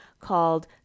called